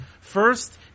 first